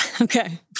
Okay